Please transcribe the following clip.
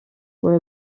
were